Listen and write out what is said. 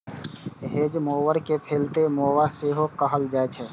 hedge mower कें फलैले mower सेहो कहल जाइ छै